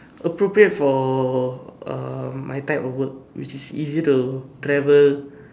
appropriate for uh my type of work which is easier to travel